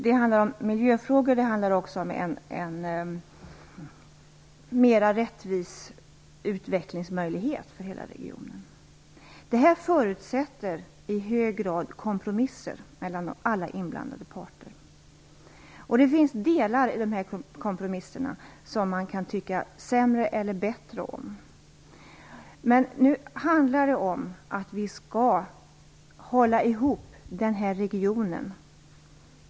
Det handlar om miljöfrågor och om mera rättvisa utvecklingsmöjligheter för hela regionen. Det här förutsätter i hög grad kompromisser mellan alla inblandade parter, och det finns delar i de kompromisserna som man kan tycka sämre eller bättre om. Nu handlar det om att vi skall hålla ihop regionen.